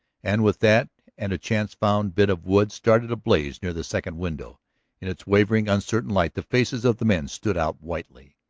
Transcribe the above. and with that and a chance-found bit of wood started a blaze near the second window in its wavering, uncertain light the faces of the men stood out whitely.